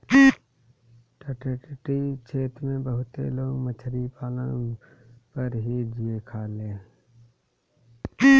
तटीय क्षेत्र में बहुते लोग मछरी पालन पर ही जिए खायेला